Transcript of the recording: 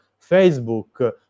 facebook